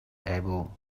able